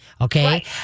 Okay